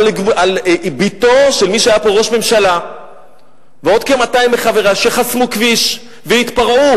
על בתו של מי שהיה פה ראש ממשלה ועוד כ-200 מחבריה שחסמו כביש והתפרעו,